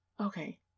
okay